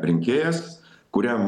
rinkėjas kuriam